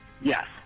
Yes